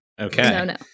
Okay